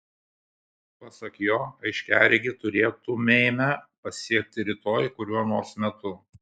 pasak jo aiškiaregį turėtumėme pasiekti rytoj kuriuo nors metu